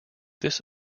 this